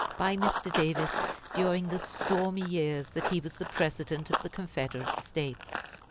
by mr. davis during the stormy years that he was the president of the confederate states.